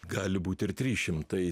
gali būti ir trys šimtai